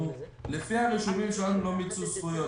לפי הרישומים שלנו לא מיצו זכויות.